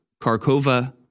Karkova